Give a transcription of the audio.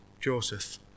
Joseph